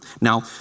Now